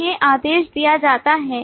उन्हें आदेश दिया जाता है